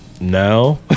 No